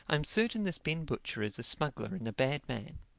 i am certain this ben butcher is a smuggler and a bad man.